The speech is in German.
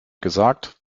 gesagt